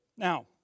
Now